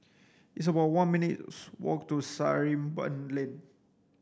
it's about one minutes' walk to Sarimbun Lane